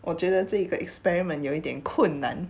我觉得这个 experiment 有一点困难